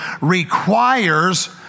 requires